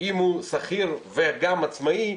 אם הוא שכיר וגם עצמאי,